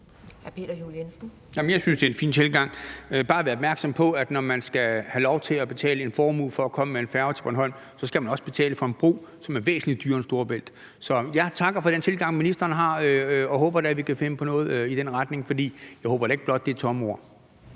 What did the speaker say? (V): Jeg synes, det er en fin tilgang. Man skal bare være opmærksom på, at man, når man skal have lov til at betale en formue for at komme med en færge til Bornholm, så også skal betale for en bro, som er væsentlig dyrere end Storebæltsbroen. Så jeg takker for den tilgang, ministeren har, og håber da, at vi kan finde på noget i den retning. For jeg håber da ikke blot, det er tomme ord.